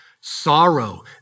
sorrow